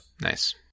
Nice